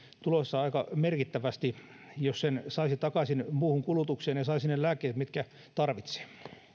tuloissa aika merkittävästi jos sen saisi takaisin muuhun kulutukseen ja saisi ne lääkkeet mitkä tarvitsee